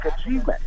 achievement